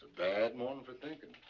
bad morning for thinking.